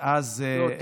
ואז, לא.